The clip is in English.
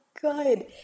good